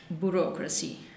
Bureaucracy